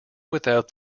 without